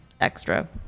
extra